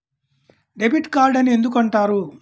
Debit card అని ఎందుకు అంటారు?